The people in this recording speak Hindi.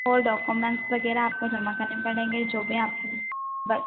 और डोकोमेंट वगैरह आपको जमा करने पड़ेंगे जो भी आप ब